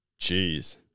Jeez